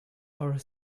our